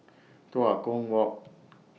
Tua Kong Walk